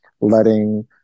letting